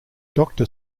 doctor